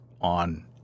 on